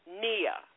Nia